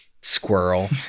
squirrel